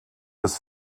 des